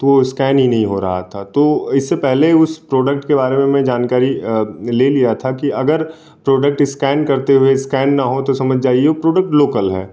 तो स्कैन ही नहीं हो रहा था तो इससे पहले उस प्रोडक्ट के बारे में मैं जानकारी ले लिया था की अगर प्रोडक्ट स्कैन करते हुए स्कैन ना हो तो समझ जाइए प्रोडक्ट लोकल है